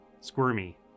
squirmy